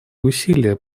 усилия